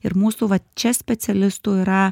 ir mūsų va čia specialistų yra